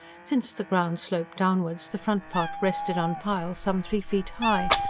since the ground sloped downwards, the front part rested on piles some three feet high,